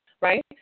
right